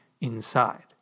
inside